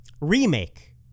remake